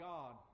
God